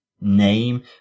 name